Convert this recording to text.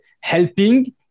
helping